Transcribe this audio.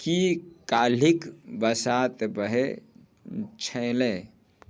कि काल्हिके बसात बहै छलै